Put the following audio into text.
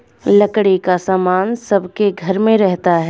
लकड़ी का सामान सबके घर में रहता है